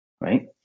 right